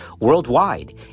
worldwide